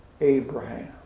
Abraham